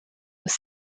was